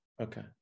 Okay